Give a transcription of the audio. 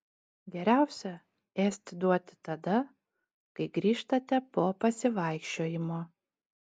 geriausia ėsti duoti tada kai grįžtate po pasivaikščiojimo